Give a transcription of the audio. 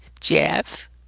Jeff